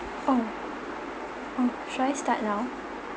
oh oh should I start now